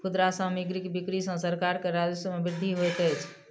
खुदरा सामग्रीक बिक्री सॅ सरकार के राजस्व मे वृद्धि होइत अछि